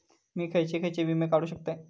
मी खयचे खयचे विमे काढू शकतय?